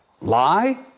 Lie